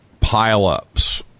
pileups